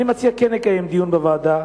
אני מציע כן לקיים דיון בוועדה,